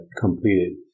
completed